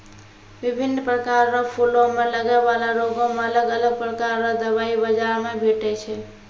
बिभिन्न प्रकार रो फूलो मे लगै बाला रोगो मे अलग अलग प्रकार रो दबाइ बाजार मे भेटै छै